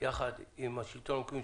יחד עם השלטון המקומי,